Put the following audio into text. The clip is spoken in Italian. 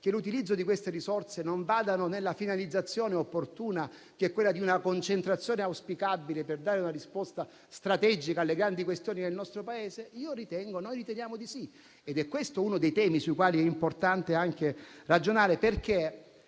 che l'utilizzo di queste risorse non vadano nella finalizzazione opportuna che è quella di una concentrazione auspicabile per dare una risposta strategica alle grandi questioni del nostro Paese? Noi riteniamo di sì ed è questo uno dei temi sui quali è importante ragionare.